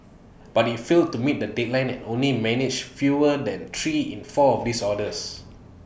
but IT failed to meet the deadline and only managed fewer than three in four of these orders